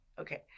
Okay